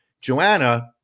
Joanna